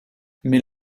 mais